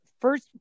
first